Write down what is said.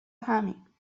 همیم